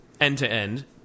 end-to-end